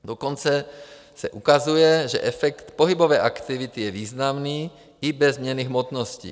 Dokonce se ukazuje, že efekt pohybové aktivity je významný i bez změny hmotnosti;